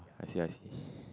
I see I see